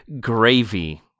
gravy